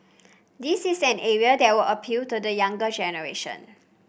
this is an area that would appeal to the younger generation